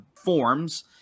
forms